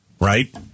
right